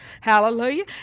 Hallelujah